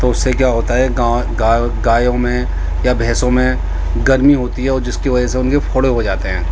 تو اس سے کیا ہوتا ہے گایوں میں یا بھینسوں میں گرمی ہوتی ہے اور جس کی وجہ سے ان کے پھوڑے ہو جاتے ہیں